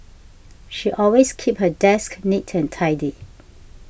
she always keeps her desk neat and tidy